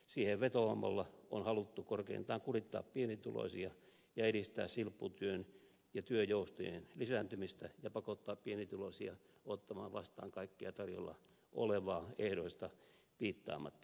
siihen vetoamalla on haluttu korkeintaan kurittaa pienituloisia ja edistää silpputyön ja työjoustojen lisääntymistä ja pakottaa pienituloisia ottamaan vastaan kaikkea tarjolla olevaa ehdoista piittaamatta